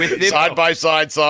Side-by-side